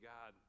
God